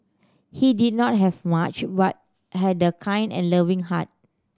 he did not have much but had a kind and loving heart